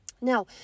Now